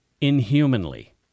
inhumanly